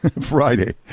Friday